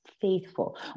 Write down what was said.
faithful